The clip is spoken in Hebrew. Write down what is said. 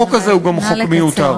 החוק הזה הוא גם חוק מיותר.